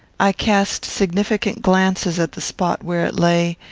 i cast significant glances at the spot where it lay,